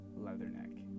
Leatherneck